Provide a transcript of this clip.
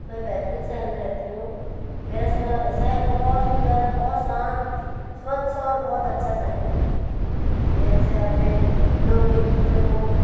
मैं बैतूल शहर में रहती हूँ मेरा शहर बहुत सुंदर बहुत शांत स्वच्छ और बहुत अच्छा शहर है मेरे शहर में लोग एक दूसरे को